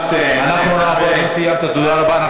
אם סיימת, תודה רבה.